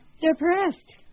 Depressed